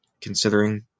considering